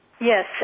Yes